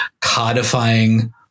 codifying